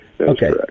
okay